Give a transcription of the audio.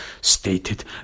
stated